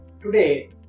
Today